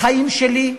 בחיים שלי,